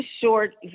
short